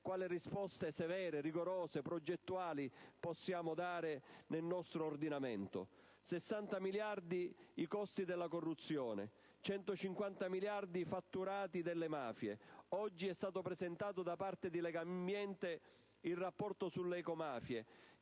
quali risposte severe, rigorose, progettuali possiamo prevedere nel nostro ordinamento. Sono pari a 60 miliardi i costi della corruzione; 150 miliardi i fatturati delle mafie. Oggi è stato presentato da parte di Legambiente il rapporto sulle ecomafie,